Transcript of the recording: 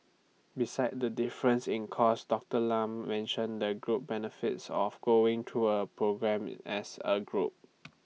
besides the difference in cost Doctor Lam mentioned the group benefits of going through A programme as A group